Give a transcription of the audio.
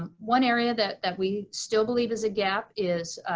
um one area that that we still believe is a gap is,